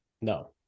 No